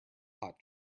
hot